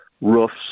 roofs